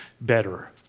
better